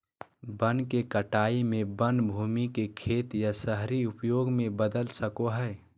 वन के कटाई में वन भूमि के खेत या शहरी उपयोग में बदल सको हइ